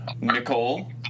Nicole